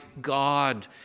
God